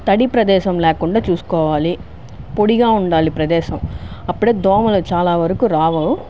తడి ప్రదేశం లేకుండా చూసుకోవాలి పొడిగా ఉండాలి ప్రదేశం అప్పుడే దోమలు చాలా వరకూ రావు